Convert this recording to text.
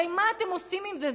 הרי מה אתם עושים עם זה?